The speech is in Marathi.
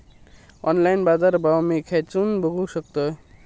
ऑनलाइन बाजारभाव मी खेच्यान बघू शकतय?